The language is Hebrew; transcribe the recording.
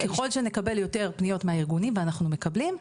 ככול שנקבל יותר פניות מהארגונים ואנחנו מקבלים,